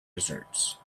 desserts